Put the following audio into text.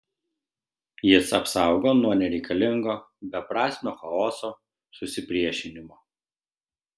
jis apsaugo nuo nereikalingo beprasmio chaoso susipriešinimo